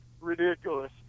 ridiculous